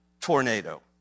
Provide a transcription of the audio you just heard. tornado